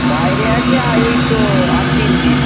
বাইরে আছে আর এই তো আর তিন দিন